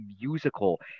musical